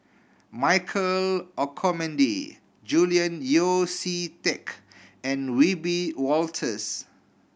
Michael Olcomendy Julian Yeo See Teck and Wiebe Wolters